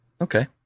Okay